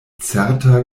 certa